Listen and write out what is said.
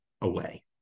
away